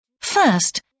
First